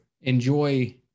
enjoy